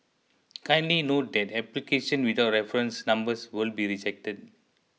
kindly note that applications without reference numbers will be rejected